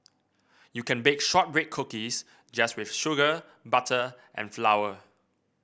you can bake shortbread cookies just with sugar butter and flour